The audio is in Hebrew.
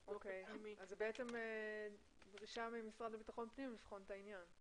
אז זו בעצם דרישה מהמשרד לביטחון פנים לבחון את העניין.